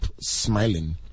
smiling